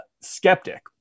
skeptic